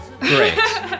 great